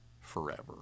forever